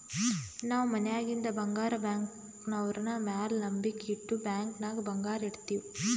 ನಾವ್ ಮನ್ಯಾಗಿಂದ್ ಬಂಗಾರ ಬ್ಯಾಂಕ್ನವ್ರ ಮ್ಯಾಲ ನಂಬಿಕ್ ಇಟ್ಟು ಬ್ಯಾಂಕ್ ನಾಗ್ ಬಂಗಾರ್ ಇಡ್ತಿವ್